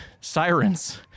sirens